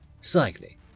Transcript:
cycling